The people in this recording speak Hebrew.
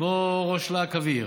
כמו ראש להק אוויר,